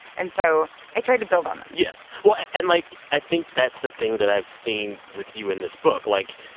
and so i tried to build on them yes. well, and like, i think that's a thing that i've seen with you in this book. like,